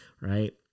right